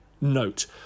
note